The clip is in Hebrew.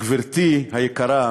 גברתי היקרה,